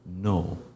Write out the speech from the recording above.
no